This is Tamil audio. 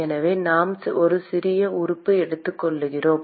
எனவே நாம் ஒரு சிறிய உறுப்பு எடுத்துக்கொள்கிறோம்